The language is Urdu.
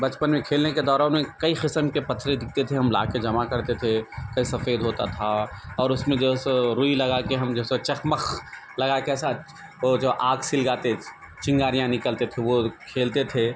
بچپن میں کھیلنے کے دوران میں کئی قسم کے پتھریں دکھتے تھے ہم لا کے جمع کرتے تھے کوئی سفید ہوتا تھا اور اس میں جو ہے سو روئی لگا کے ہم جو ہے سو چقماق لگا کے ایسا وہ جو آگ سلگاتے چنگاریاں نکلتے تھے وہ کھیلتے تھے